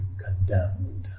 condemned